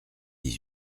dix